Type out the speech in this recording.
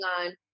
on